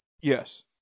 Yes